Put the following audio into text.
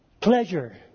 Pleasure